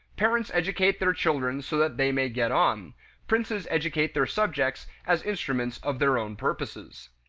parents educate their children so that they may get on princes educate their subjects as instruments of their own purposes.